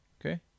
Okay